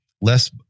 less